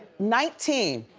nineteen.